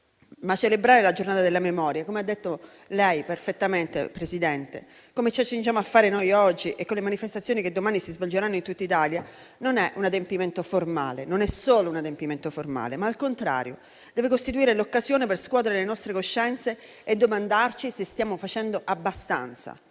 Ma celebrare la Giornata della Memoria, come ha detto lei perfettamente, Presidente, come ci accingiamo a fare noi oggi e con le manifestazioni che domani si svolgeranno in tutta Italia, non è solo un adempimento formale, ma al contrario deve costituire l'occasione per scuotere le nostre coscienze e domandarci se stiamo facendo abbastanza